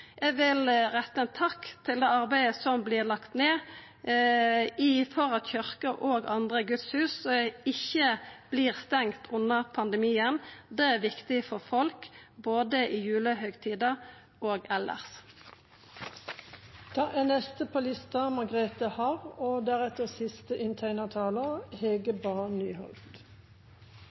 Eg vil retta ein takk for det arbeidet som vert lagt ned for at kyrkjer og andre gudshus ikkje vert stengde under pandemien. Det er viktig for folk, både i julehøgtida og